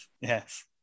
yes